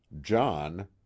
john